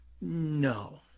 No